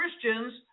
Christians